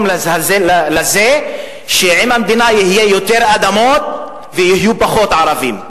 לזה שלמדינה יהיו יותר אדמות ויהיו פחות ערבים,